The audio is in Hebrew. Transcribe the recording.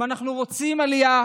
אם אנחנו רוצים עלייה,